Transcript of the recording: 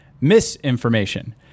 misinformation